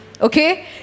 okay